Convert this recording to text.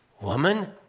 Woman